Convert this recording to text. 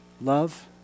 Love